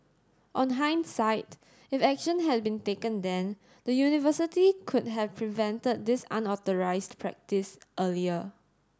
on hindsight if action had been taken then the university could have prevented this unauthorised practice earlier